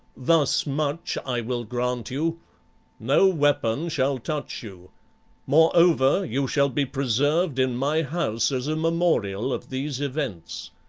thus much i will grant you no weapon shall touch you moreover, you shall be preserved in my house as a memorial of these events.